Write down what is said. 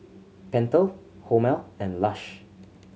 Pentel Hormel and Lush